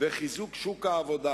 וחיזוק שוק העבודה,